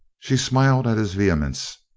she smiled at this vehemence,